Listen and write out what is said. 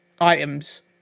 items